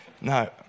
no